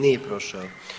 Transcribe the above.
Nije prošao.